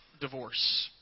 Divorce